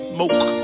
Smoke